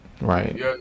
Right